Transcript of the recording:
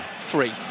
three